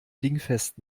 dingfest